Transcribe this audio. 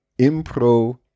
Impro